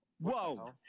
Whoa